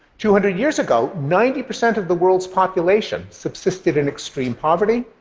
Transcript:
two hundred years ago, ninety percent of the world's population subsisted in extreme poverty.